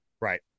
Right